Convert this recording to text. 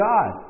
God